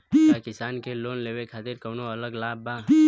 का किसान के लोन लेवे खातिर कौनो अलग लाभ बा?